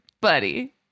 buddy